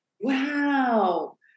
Wow